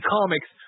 Comics